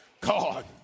God